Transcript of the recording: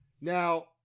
Now